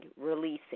releasing